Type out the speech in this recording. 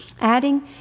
Adding